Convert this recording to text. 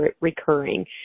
recurring